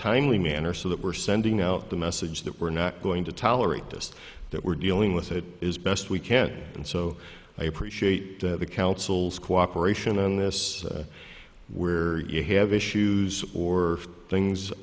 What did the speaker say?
timely manner so that we're sending out the message that we're not going to tolerate this that we're dealing with it is best we can and so i appreciate that the council's cooperation on this where you have issues or things